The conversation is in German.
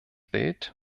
bild